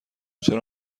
چرا